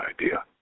idea